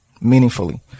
meaningfully